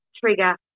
trigger